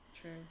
True